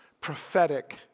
prophetic